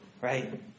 right